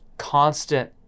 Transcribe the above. constant